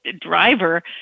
driver